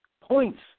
points